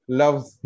loves